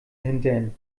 hintern